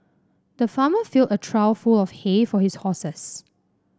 the farmer filled a trough full of hay for his horses